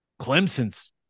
Clemson's